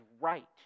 right